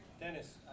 Dennis